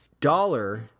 dollar